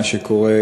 מה שקורה,